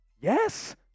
yes